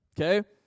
Okay